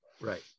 Right